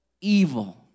evil